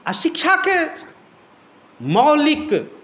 आ शिक्षाके मौलिक